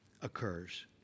occurs